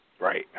Right